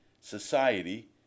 society